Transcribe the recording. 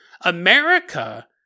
America